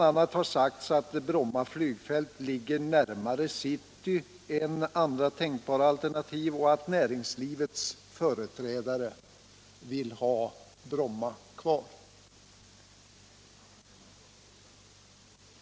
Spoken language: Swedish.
a. har sagts att Bromma flygfält ligger närmare Stockholms city än andra tänkbara alternativ och att näringslivets företrädare vill ha Bromma kvar.